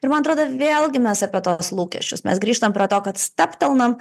ir man atrodo vėlgi mes apie tuos lūkesčius mes grįžtame prie to kad stabtelnam